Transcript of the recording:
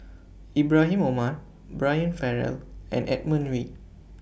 Ibrahim Omar Brian Farrell and Edmund Wee